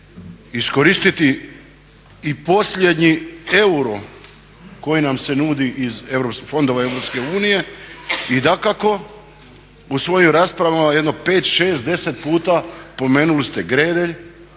iskoristiti i posljednji euro koji nam se nudi iz fondova EU i dakako u svojim raspravama jedno pet, šest, deset puta pomenuli ste Gredelj.